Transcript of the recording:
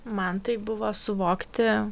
man tai buvo suvokti